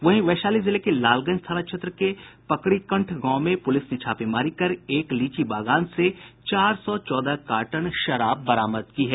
वहीं वैशाली जिले के लालगंज थाना क्षेत्र के पकरीकंठ गांव में पुलिस ने छापेमारी कर एक लीची बागान से चार सौ चौदह कार्टन विदेशी शराब बरामद की है